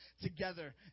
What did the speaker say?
together